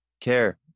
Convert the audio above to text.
care